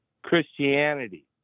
Christianity